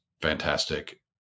fantastic